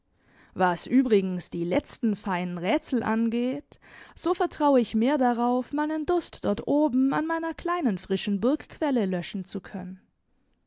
was übrigens die letzten feinen rätsel angeht so vertrau ich mehr darauf meinen durst dort oben an meiner kleinen frischen burgquelle löschen zu können